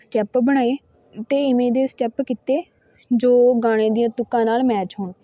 step ਬਣਾਏ ਅਤੇ ਇਵੇਂ ਦੇ ਸਟੈਪ ਕੀਤੇ ਜੋ ਗਾਣਿਆਂ ਦੀਆਂ ਤੁੱਕਾਂ ਨਾਲ ਮੈਚ ਹੋਣ